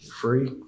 free